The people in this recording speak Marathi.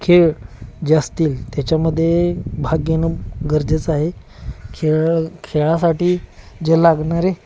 खेळ जे असतील त्याच्यामध्ये भाग घेणं गरजेचं आहे खेळ खेळासाठी जे लागणारे